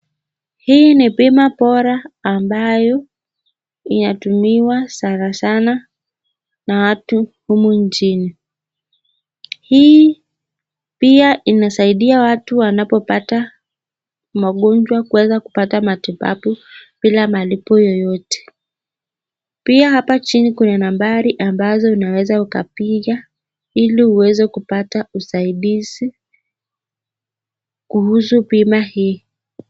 Hii ni bima bora ambayo inatumiwa sana sana na watu humu nchini. Hii pia inasaidia watu wanapopata magonjwa kuweza kupata matibabu bila malipo yoyote pia hapa chini kuna nambari ambazo unaweza ukapiga ili uweze kupate usaidizi kuhusu bima hii.